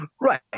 Right